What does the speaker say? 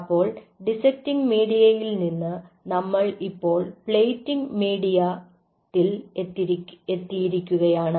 അപ്പോൾ ഡിസ്ക്റ്റിംഗ് മീഡിയ ത്തിൽ നിന്ന് നമ്മൾ ഇപ്പോൾ പ്ലേറ്റിംഗ് മീഡിയ ത്തിൽ എത്തിയിരിക്കുകയാണ്